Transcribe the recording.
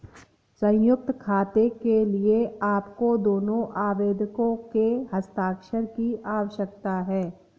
संयुक्त खाते के लिए आपको दोनों आवेदकों के हस्ताक्षर की आवश्यकता है